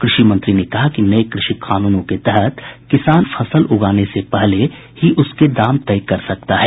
कृषि मंत्री ने कहा कि नए कृषि कानूनों के तहत किसान अपनी फसल उगाने से पहले ही उसके दाम तय कर सकता है